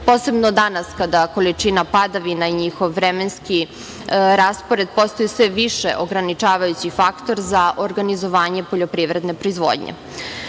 Posebno danas kada količina padavina i njihovih vremenski raspored postoji sve više ograničavajući faktor za organizovanje poljoprivredne proizvodnje. Navedeni